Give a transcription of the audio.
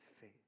faith